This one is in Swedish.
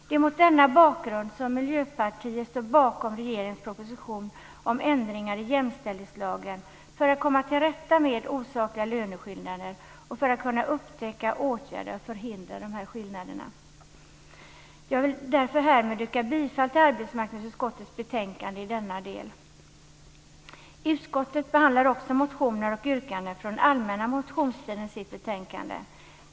Det är mot denna bakgrund som Miljöpartiet står bakom regeringens proposition om ändringar i jämställdhetslagen för att komma till rätta med osakliga löneskillnader och för att kunna upptäcka, åtgärda och förhindra dessa skillnader. Jag vill därför härmed yrka bifall till hemställan i arbetsmarknadsutskottets betänkande i denna del. Utskottet behandlar också motioner och yrkanden från allmänna motionstiden i sitt betänkande.